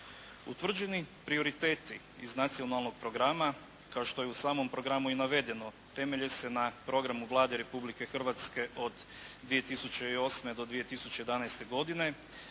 Utvrđeni prioriteti iz Nacionalnog programa kao što je i u samom programu i navedeno temelje se na programu Vlade Republike Hrvatske od 2008. do 2011. godine